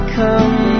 come